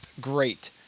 great